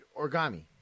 origami